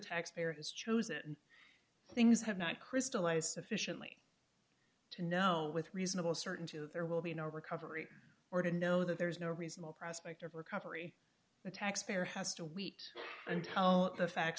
taxpayer has chosen things have not crystallized sufficiently to know with reasonable certainty that there will be no recovery or to know that there is no reasonable prospect of recovery the taxpayer has to wait and how the fact